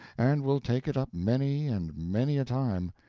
and will take it up many and many a time,